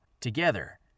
Together